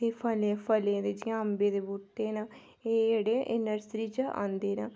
फलें च जि'यां अम्बे दे बूह्टे न एह् जेह्डे़ ऐ नर्सरी च दे औंदे न